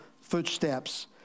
footsteps